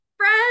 friends